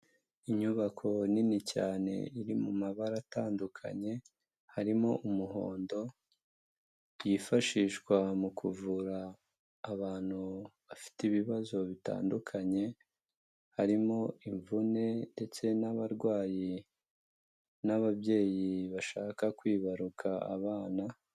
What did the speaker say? Inyubako nini cyane iri mu mabara atandukanye harimo umuhondo, yifashishwa mu kuvura abantu bafite ibibazo bitandukanye harimo imvune ndetse n'abarwayi n'ababyeyi bashaka kwibaruka abana.